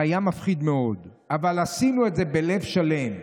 זה היה מפחיד מאוד, אבל עשינו את זה בלב שלם.